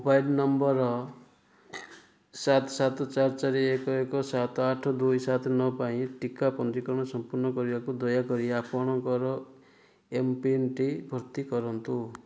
mobile number ସାତ ସାତ ଚାରି ଚାରି ଏକ ଏକ ସାତ ଆଠ ଦୁଇ ସାତ ନଅ ପାଇଁ ଟିକା ପଞ୍ଜୀକରଣ ସଂପୂର୍ଣ୍ଣ କରିବାକୁ ଦୟାକରି ଆପଣଙ୍କର ଏମ୍ପିନ୍ଟି ଭର୍ତ୍ତି କରନ୍ତୁ